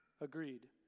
Agreed